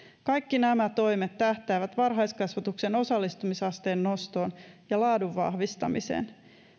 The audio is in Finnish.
kaikki nämä toimet tähtäävät varhaiskasvatuksen osallistumisasteen nostoon ja laadun vahvistamiseen